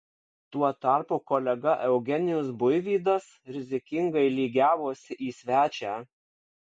tuo tarpu kolega eugenijus buivydas rizikingai lygiavosi į svečią